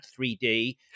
3D